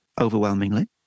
overwhelmingly